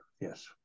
yes